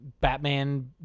Batman